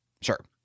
Sure